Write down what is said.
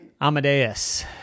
Amadeus